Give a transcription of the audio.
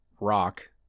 rock